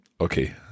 Okay